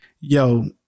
yo